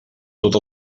tot